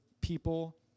people